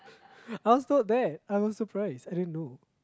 I was not there I was surprised I didn't know